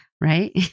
Right